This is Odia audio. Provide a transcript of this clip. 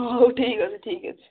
ହଁ ହଉ ଠିକ୍ ଅଛି ଠିକ୍ ଅଛି